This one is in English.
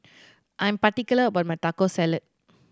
I'm particular about my Taco Salad